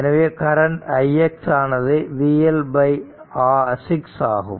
எனவே current ix ஆனது vL 6 ஆகும்